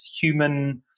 human